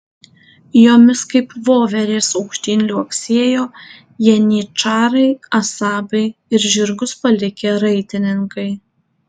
jomis kaip voverės aukštyn liuoksėjo janyčarai asabai ir žirgus palikę raitininkai